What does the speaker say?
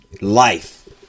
life